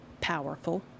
powerful